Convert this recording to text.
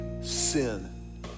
sin